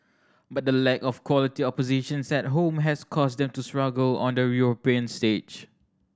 but the lack of quality oppositions at home has caused them to struggle on the European stage